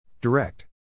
Direct